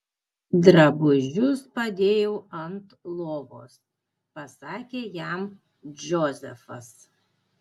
drabužius padėjau ant lovos pasakė jam džozefas